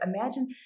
imagine